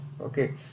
okay